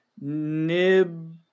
Nib